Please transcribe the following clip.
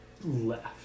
left